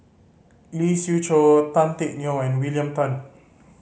Lee Siew Choh Tan Teck Neo and William Tan